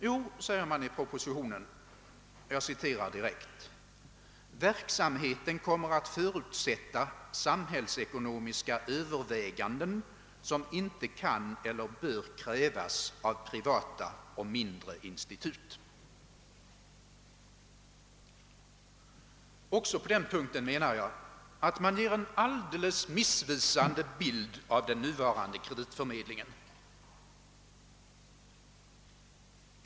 Jo, säger: man i propositionen: »Verksamheten kommer att förutsätta samhällsekono-- miska överväganden som inte kan eller bör krävas av privata och mindre institut.» Också på den punkten menar jag att man ger en alldelse missvisande bild av” den nuvarnde kreditförmedlingen.